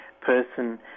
person